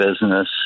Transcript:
business